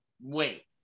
wait